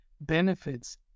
benefits